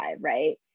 right